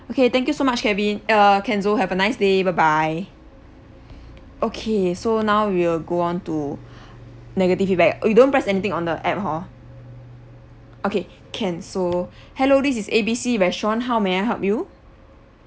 okay thank you so much kevin uh kenzo have a nice day bye bye okay so now we will go on to negative feedback you don't press anything on the app hor okay can so hello this is A B C restaurant how may I help you